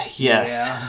Yes